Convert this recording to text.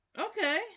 okay